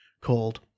called